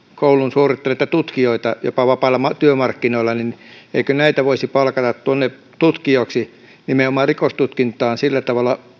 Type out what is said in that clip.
suorittaneita tutkijoita jopa vapailla työmarkkinoilla niin eikö näitä voisi palkata tutkijoiksi nimenomaan rikostutkintaan sillä tavalla